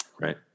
Right